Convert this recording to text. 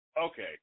Okay